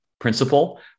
principle